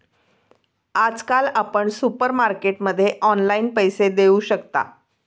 आजकाल आपण सुपरमार्केटमध्ये ऑनलाईन पैसे देऊ शकता